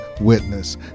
witness